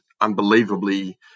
unbelievably